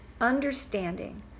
understanding